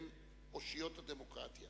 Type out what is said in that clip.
לא יוכלו לעמוד בכך שהם יוציאו את רוב תקציבם.